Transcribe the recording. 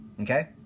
Okay